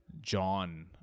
John